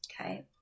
Okay